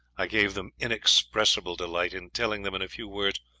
i gave them inexpressible delight in telling them, in a few words,